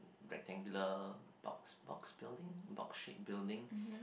rectangular box box building box shaped building